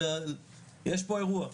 יש פה אירוע,